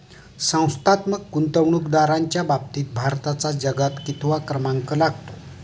संस्थात्मक गुंतवणूकदारांच्या बाबतीत भारताचा जगात कितवा क्रमांक लागतो?